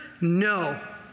no